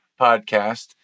Podcast